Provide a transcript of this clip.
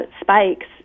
spikes